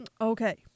Okay